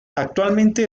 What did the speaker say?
actualmente